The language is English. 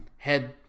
head